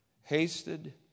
hasted